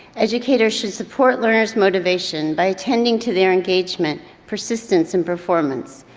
educators should support learners' motivation by attending to their engagement, persistence and performance.